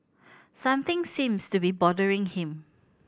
something seems to be bothering him